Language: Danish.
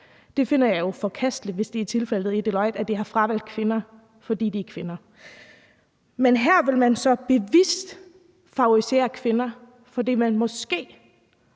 Det finder jeg forkasteligt, hvis det er tilfældet hos Deloitte, altså at de har fravalgt kvinder, fordi de er kvinder. Men her vil man så bevidst favorisere kvinder, fordi man måske